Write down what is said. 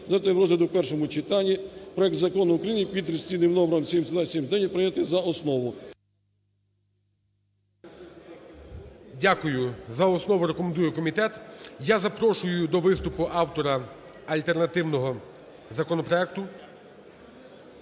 до розгляду у першому читанні проект Закону України під реєстраційним номером 7279 і прийняти за основу. ГОЛОВУЮЧИЙ. Дякую. За основу рекомендує комітет. Я запрошую до виступу автора альтернативного законопроекту